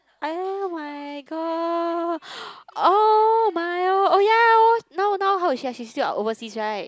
oh-my-god oh-my-god oh yea now now how is she uh she is still overseas right